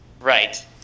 Right